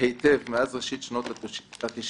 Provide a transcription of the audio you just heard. היטב מאז ראשית שנות ה-90.